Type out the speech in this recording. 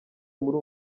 muri